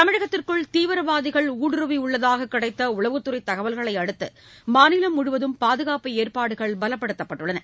தமிழகத்திற்குள் தீவிரவாதிகள் ஊடுருவி உள்ளதாக கிடைத்த உளவுத்துறை தகவல்களை அடுத்து மாநிலம் முழுவதும் பாதுகாப்பு ஏற்பாடுகள் பலபடுத்தப்பட்டுள்ளன